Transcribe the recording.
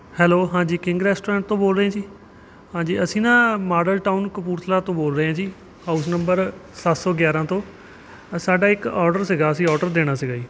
hello ਹਾਂਜੀ king restaurant ਤੋਂ ਬੋਲ ਰਹੇ ਜੀ ਹਾਂਜੀ ਅਸੀਂ ਨਾ ਮਾਡਲ ਟਾਊਨ ਕਪੂਰਥਲਾ ਤੋਂ ਬੋਲ ਰਹੇ ਹਾਂ ਜੀ ਹਾਊਸ ਨੰਬਰ ਸੱਤ ਸੌ ਗਿਆਰ੍ਹਾਂ ਤੋਂ ਸਾਡਾ ਇੱਕ ਆਰਡਰ ਸੀਗਾ ਅਸੀਂ ਆਰਡਰ ਦੇਣਾ ਸੀਗਾ ਜੀ